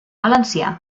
valencià